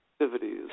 activities